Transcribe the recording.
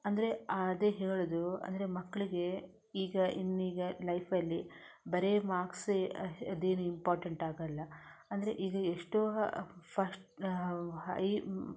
ಅಂದರೆ ಅದೇ ಹೇಳುವುದು ಅಂದರೆ ಮಕ್ಕಳಿಗೆ ಈಗ ಇನ್ನೀಗ ಲೈಫಲ್ಲಿ ಬರೀ ಮಾರ್ಕ್ಸೇ ಅದೇನೂ ಇಂಪಾರ್ಟೆಂಟ್ ಆಗಲ್ಲ ಅಂದರೆ ಈಗ ಎಷ್ಟೋ ಫಸ್ಟ್ ಈ